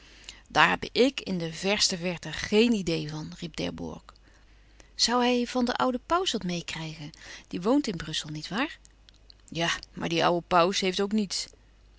daar heb ik in de verste verte geen idee van riep d'herbourg zoû hij van den ouden pauws wat meê krijgen die woont in brussel niet waar ja maar die oude pauws heeft ook niets